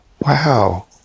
wow